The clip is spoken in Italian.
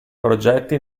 progetti